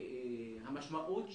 המשמעות,